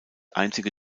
einzige